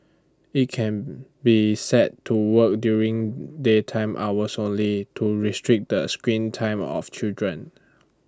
IT can be set to work during daytime hours only to restrict the screen time of children